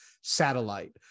satellite